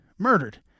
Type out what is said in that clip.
murdered